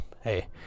hey